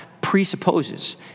presupposes